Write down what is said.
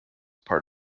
part